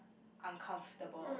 uncomfortable